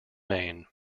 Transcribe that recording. maine